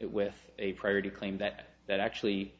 it with a prior to claim that that actually